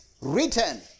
written